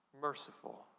merciful